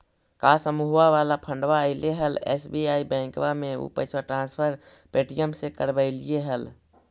का समुहवा वाला फंडवा ऐले हल एस.बी.आई बैंकवा मे ऊ पैसवा ट्रांसफर पे.टी.एम से करवैलीऐ हल?